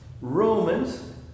Romans